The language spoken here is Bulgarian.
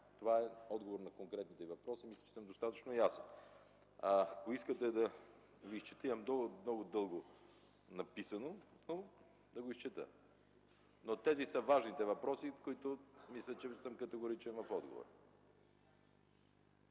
Това е отговор на конкретния Ви въпрос. Мисля, че съм достатъчно ясен. Ако искате, имам много дълго написан отговор, да го изчета, но това са важните въпроси и мисля, че съм категоричен в отговора.